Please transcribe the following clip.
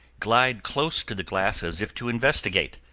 glide close to the glass as if to investigate,